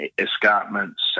escarpments